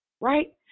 right